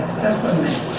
supplement